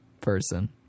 person